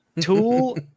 Tool